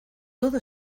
todo